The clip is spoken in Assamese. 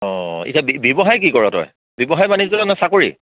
অঁ এতিয়া ব্যৱসায় কি কৰা তই ব্যৱসায় বাণিজ্য় নে চাকৰি